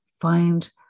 find